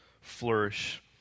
flourish